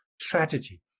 strategy